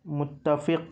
متفق